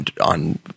on